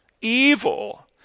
evil